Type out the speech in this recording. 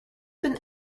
been